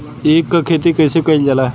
ईख क खेती कइसे कइल जाला?